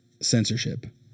censorship